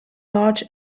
large